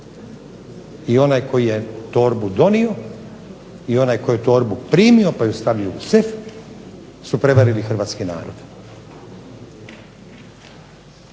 I onaj koji je torbu donio i onaj tko je torbu primio pa je stavio u sef, su prevarili hrvatski narod.